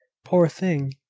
poor thing!